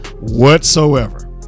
Whatsoever